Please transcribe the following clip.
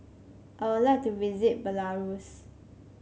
I would like to visit Belarus